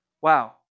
Wow